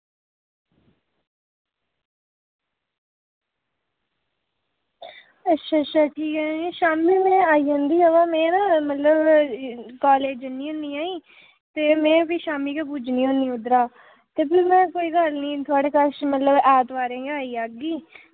अच्छा अच्छा शामीं ते आई जंदी ही बा मतलब में ना कॉलेज़ जन्नी होनी नी ते में ते शामीं गै पुज्जनी होन्नी उद्धरा ते भी में कोई गल्ल निं थुआढ़े कश मतलब ऐतवारें इ'यां आई जाह्गी